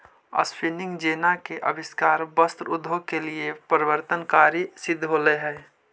spinning jenny के आविष्कार वस्त्र उद्योग के लिए परिवर्तनकारी सिद्ध होले हई